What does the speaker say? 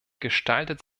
gestaltet